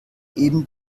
eben